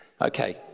okay